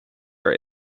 are